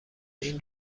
این